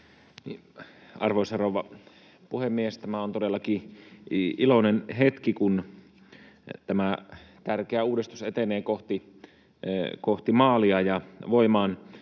Arvoisa rouva puhemies! Tämä on todellakin iloinen hetki, kun tämä tärkeä uudistus etenee kohti maalia ja voimaantuloa.